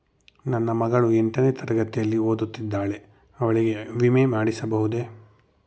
ನನ್ನ ಮಗಳು ಎಂಟನೇ ತರಗತಿಯಲ್ಲಿ ಓದುತ್ತಿದ್ದಾಳೆ ಅವಳಿಗೆ ವಿಮೆ ಮಾಡಿಸಬಹುದೇ?